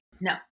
No